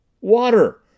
Water